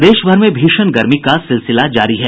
प्रदेश भर में भीषण गर्मी का सिलसिला जारी है